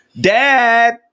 Dad